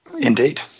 Indeed